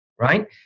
right